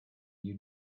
you